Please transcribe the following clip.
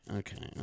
okay